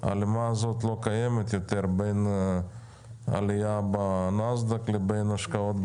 ההלימה הזו לא קיימת יותר בין עלייה בנאסד"ק לבין השקעות בארץ.